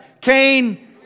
Cain